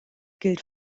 gilt